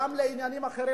גם לעניינים אחרים.